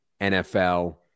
NFL